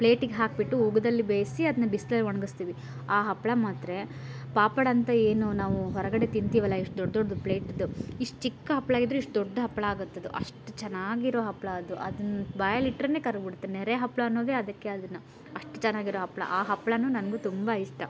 ಪ್ಲೇಟಿಗೆ ಹಾಕಿಬಿಟ್ಟು ಉಗಿಯಲ್ ಬೇಯಿಸಿ ಅದನ್ನ ಬಿಸ್ಲಲ್ಲಿ ಒಣ್ಗಸ್ತೀವಿ ಆ ಹಪ್ಪಳ ಮಾತ್ರೆ ಪಾಪಡ್ ಅಂತ ಏನು ನಾವು ಹೊರಗಡೆ ತಿಂತೀವಲ್ಲ ಎಷ್ಟು ದೊಡ್ಡ ದೊಡ್ಡದು ಪ್ಲೇಟಿಂದು ಇಷ್ಟು ಚಿಕ್ಕ ಹಪ್ಪಳ ಆಗಿದ್ದರೂ ಎಷ್ಟು ದೊಡ್ಡ ಹಪ್ಪಳ ಆಗುತ್ತದು ಅಷ್ಟು ಚೆನ್ನಾಗಿರೋ ಹಪ್ಪಳ ಅದು ಅದನ್ನು ಬಾಯಲ್ಲಿ ಇಟ್ಟರೇನೆ ಕರಗಿಬಿಡುತ್ತೆ ನೆರೆ ಹಪ್ಪಳ ಅನ್ನೋದೆ ಅದಕ್ಕೆ ಅದನ್ನು ಅಷ್ಟು ಚೆನ್ನಾಗಿರೋ ಹಪ್ಪಳ ಆ ಹಪ್ಪಳಾನು ನನಗೂ ತುಂಬ ಇಷ್ಟ